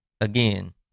again